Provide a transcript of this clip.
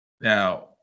Now